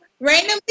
randomly